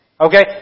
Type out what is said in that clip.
Okay